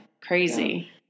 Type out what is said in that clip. Crazy